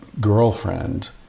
girlfriend